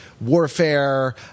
warfare